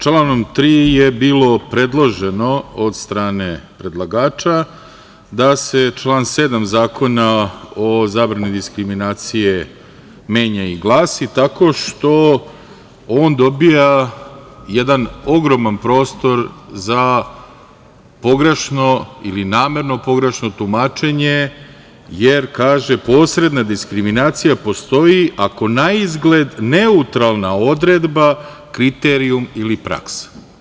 Članom 3. je bilo predloženo od strane predlagača da se član 7. Zakona o zabrani diskriminacije menja i glasi tako što on dobija jedan ogroman prostor za pogrešno ili namerno pogrešno tumačenje, jer kaže – posredna diskriminacija postoji ako na izgled neutralna odredba, kriterijum ili praksa…